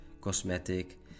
cosmetic